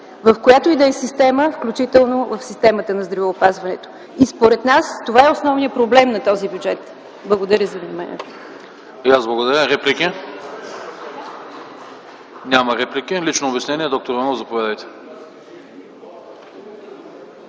в която и да е система, включително в системата на здравеопазването. Според нас това е основният проблем на този бюджет. Благодаря за вниманието.